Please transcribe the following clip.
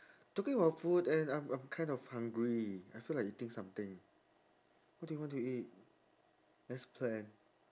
talking about food and I'm I'm kind of hungry I feel like eating something what do you want to eat let's plan